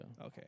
Okay